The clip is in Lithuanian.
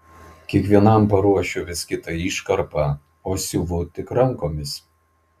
kiekvienam paruošiu vis kitą iškarpą o siuvu tik rankomis